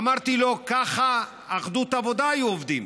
אמרתי לו: ככה אחדות העבודה היו עובדים.